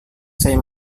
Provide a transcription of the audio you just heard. saya